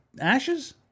ashes